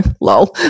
lol